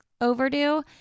overdue